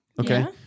okay